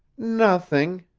nothing,